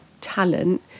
talent